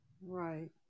Right